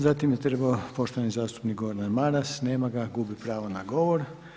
Zatim je trebao poštovani zastupnik Gordan Maras, nema ga, gubi pravo na govor.